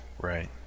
right